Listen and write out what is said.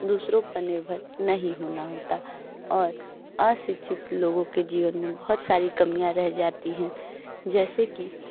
दूसरो पर निर्भर नहीं होना होता और अशिक्षित लोगों के जीवन में बहुत सारी कमियाँ रह जाती हैं जैसे कि